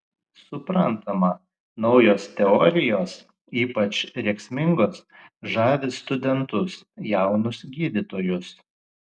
suprantama naujos teorijos ypač rėksmingos žavi studentus jaunus gydytojus